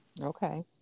Okay